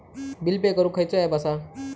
Bill pay करूक खैचो app असा?